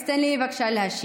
אז תן לי בבקשה להשיב.